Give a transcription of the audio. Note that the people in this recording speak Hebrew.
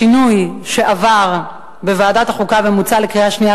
השינוי שעבר בוועדת החוקה ומוצע לקריאה שנייה